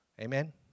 Amen